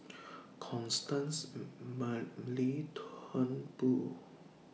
Constance Mary Turnbull